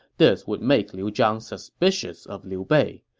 this would make liu zhang suspicious of liu bei.